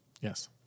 Yes